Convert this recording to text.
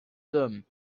them